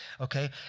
Okay